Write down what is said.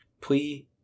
please